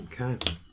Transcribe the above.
Okay